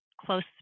close